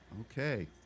Okay